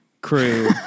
crew